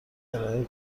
ارائه